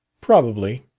probably.